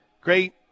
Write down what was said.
great